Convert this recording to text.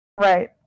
Right